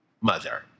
mother